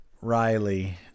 Riley